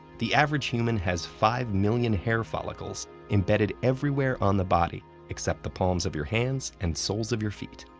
the average human has five million hair follicles embedded everywhere on the body except the palms of your hands and soles of your feet.